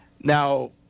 Now